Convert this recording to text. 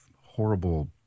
horrible